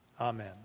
Amen